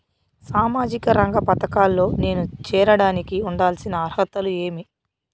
సామాజిక రంగ పథకాల్లో నేను చేరడానికి ఉండాల్సిన అర్హతలు ఏమి?